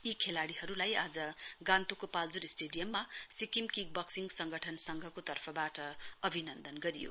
यी खेलाडीहरूलाई आज गान्तोकको पाल्जोर स्टेडियममा सिक्किम किकबक्सिङ संगठन संघको तर्फबाट अभिनन्दन गरियो